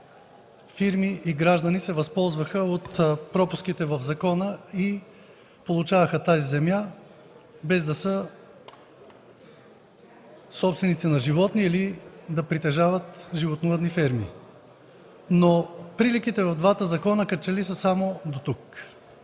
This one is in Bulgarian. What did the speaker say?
фирми и граждани се възползваха от пропуските в закона и получаваха тази земя, без да са собственици на животни или да притежават животновъдни ферми. Но приликите в двата закона като че ли са само дотук.